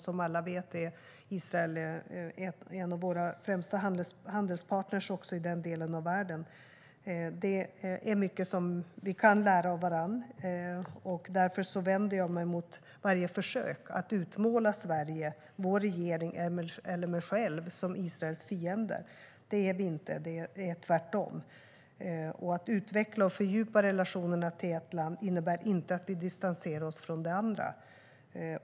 Som alla vet är Israel en av våra främsta handelspartner i den delen av världen. Det finns mycket vi kan lära av varandra. Därför vänder jag mig mot varje försök att utmåla Sverige, vår regering eller mig själv som Israels fiender. Det är vi inte, tvärtom. Att utveckla och fördjupa relationerna till ett land innebär inte att vi distanserar oss från det andra.